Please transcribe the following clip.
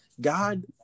God